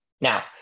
Now